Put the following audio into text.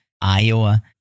Iowa